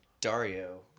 Dario